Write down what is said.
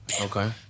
Okay